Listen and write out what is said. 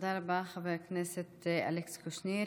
תודה רבה, חבר הכנסת אלכס קושניר.